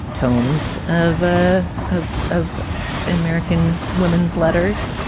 tomes of ah of of american women's letters.